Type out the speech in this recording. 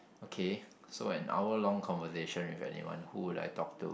okay so an hour long conversation with anyone who would I talk to